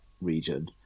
region